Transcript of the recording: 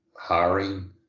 hiring